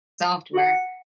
software